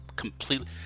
Completely